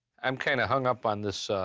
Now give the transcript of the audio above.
i'm kinda hung up on this, ah,